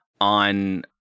on